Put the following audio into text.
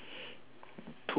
two two two